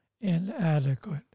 inadequate